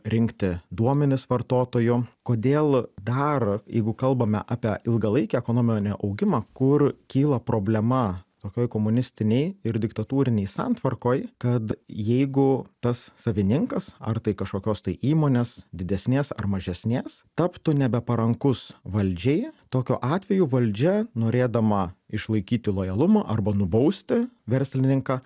rinkti duomenis vartotojo kodėl dar jeigu kalbame apie ilgalaikį ekonominį augimą kur kyla problema tokioj komunistinėj ir diktatūrinėj santvarkoj kad jeigu tas savininkas ar tai kažkokios tai įmonės didesnės ar mažesnės taptų nebe parankus valdžiai tokiu atveju valdžia norėdama išlaikyti lojalumą arba nubausti verslininką